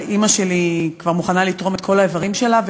אבל אימא שלי כבר מוכנה לתרום את כל האיברים שלה,